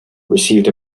received